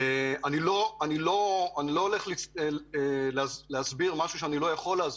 אני לא הולך להסביר משהו שאני לא יכול להסביר,